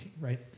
right